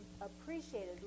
appreciated